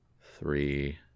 three